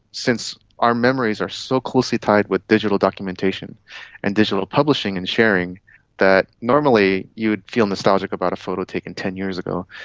since our memories are so closely tied with digital documentation and digital publishing and sharing that normally you would feel nostalgic about a photo taken ten years ago,